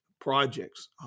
projects